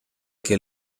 que